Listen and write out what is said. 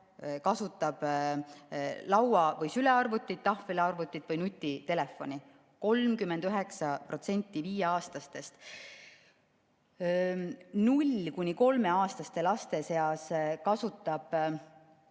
kasutab laua‑ või sülearvutit, tahvelarvutit või nutitelefoni. 39% viieaastastest! Kuni kolmeaastaste laste seas kasutab